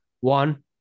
one